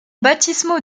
baptismaux